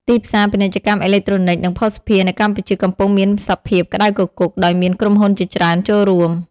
ទីផ្សារ ពាណិជ្ជកម្មអេឡិចត្រូនិក និងភស្តុភារនៅកម្ពុជាកំពុងមានសភាពក្តៅគគុក ដោយមានក្រុមហ៊ុនជាច្រើនចូលរួម។